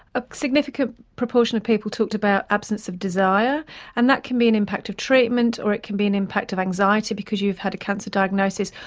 a significant proportion of people talked about absence of desire and that can be an impact of treatment, or it can be an impact of anxiety because you've had a cancer diagnosis,